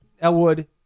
Elwood